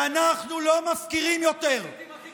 ואנחנו לא מפקירים יותר, אתם המסיתים הכי גדולים.